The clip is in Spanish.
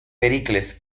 pericles